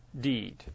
deed